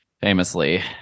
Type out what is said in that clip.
Famously